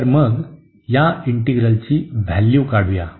तर मग या इंटीग्रलची व्हॅल्यू काढूया